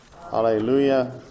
Hallelujah